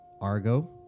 Argo